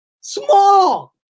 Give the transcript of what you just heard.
Small